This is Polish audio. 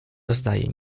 zdaje